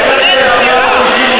לא יהיה מאוחר מדי אם תשלבו ידיים,